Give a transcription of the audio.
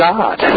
God